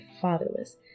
fatherless